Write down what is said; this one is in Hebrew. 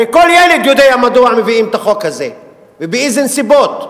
הרי כל ילד יודע מדוע מביאים את החוק הזה ובאיזה נסיבות,